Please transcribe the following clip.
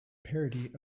parody